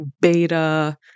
beta